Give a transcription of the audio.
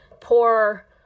poor